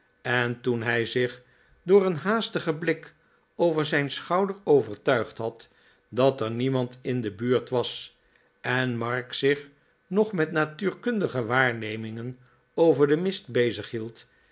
en toen hij zich door een haastigen blik over zijn schouder overtuigd had dat er niemand in de buurt was en mark zich nog met natuurkundige waarnemingen over den mist bezighield